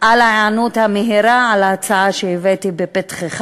על ההיענות המהירה להצעה שהבאתי לפתחך